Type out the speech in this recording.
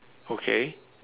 okay